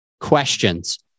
questions